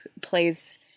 plays